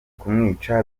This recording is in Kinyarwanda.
kumwica